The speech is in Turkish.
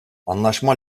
anlaşma